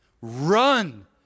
Run